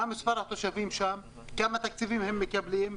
מה מספר התושבים שם, כמה תקציבים הם מקבלים.